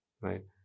right